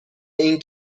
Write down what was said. این